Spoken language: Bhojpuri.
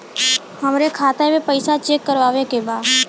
हमरे खाता मे पैसा चेक करवावे के बा?